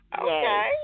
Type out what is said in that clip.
Okay